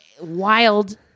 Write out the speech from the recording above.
wild